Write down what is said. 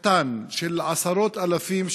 קטן של עשרות אלפים,